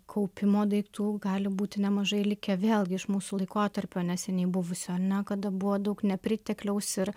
kaupimo daiktų gali būti nemažai likę vėlgi iš mūsų laikotarpio neseniai buvusio ar ne kada buvo daug nepritekliaus ir